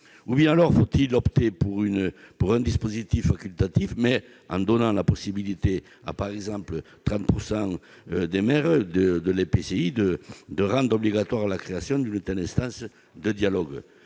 des maires. Faut-il opter pour un dispositif facultatif, mais en donnant la possibilité, par exemple à 30 % des maires de l'EPCI, d'imposer la création d'une telle instance de dialogue,